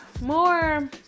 more